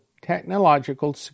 technological